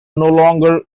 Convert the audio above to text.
longer